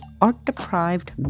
art-deprived